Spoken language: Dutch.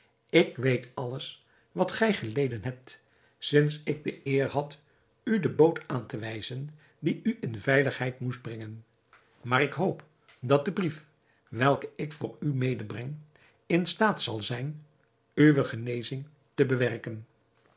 ik weet alles wat gij geleden hebt sinds ik de eer had u de boot aan te wijzen die u in veiligheid moest brengen maar ik hoop dat de brief welken ik voor u medebreng in staat zal zijn uwe genezing te bewerken